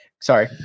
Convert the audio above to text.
sorry